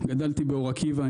גדלתי באור עקיבא,